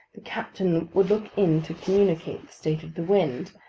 the captain would look in to communicate the state of the wind,